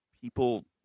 people